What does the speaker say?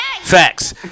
Facts